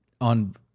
on